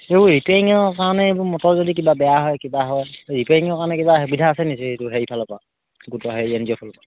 এইবোৰ ৰিপেয়াৰিঙৰ কাৰণে এইবোৰ মটৰ যদি কিবা বেয়া হয় কিবা হয় ৰিপেয়াৰিঙৰ কাৰণে কিবা সুবিধা আছে নি এইটো হেৰিফালৰপৰা গোট হেৰি এন জি অ'ফালৰ পৰা